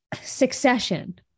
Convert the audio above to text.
Succession